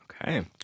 okay